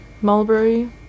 mulberry